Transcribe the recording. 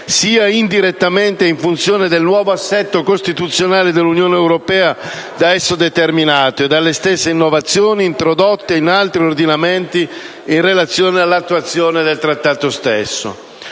sia indirettamente in funzione del nuovo assetto costituzionale dell'Unione europea da esso determinato e delle stesse innovazioni introdotte in altri ordinamenti in relazione all'attuazione del Trattato stesso.